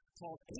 called